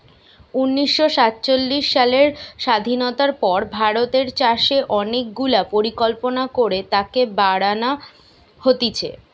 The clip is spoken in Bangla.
উনিশ শ সাতচল্লিশ সালের স্বাধীনতার পর ভারতের চাষে অনেক গুলা পরিকল্পনা করে তাকে বাড়ান হতিছে